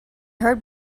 heard